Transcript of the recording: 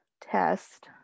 test